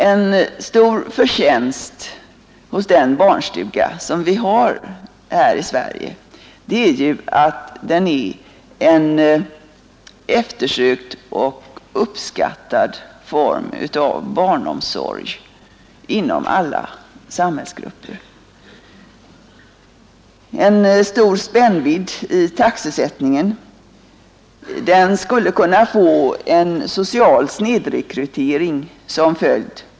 En stor förtjänst hos den barnstuga som vi har här i Sverige är ju att den är en eftersökt och uppskattad form av barnomsorg inom alla samhällsgrupper. En stor spännvidd i taxesättningen skulle kunna få en social snedrekrytering som följd.